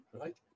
right